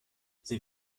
sie